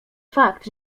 fakt